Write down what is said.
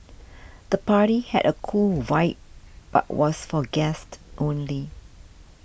the party had a cool vibe but was for guests only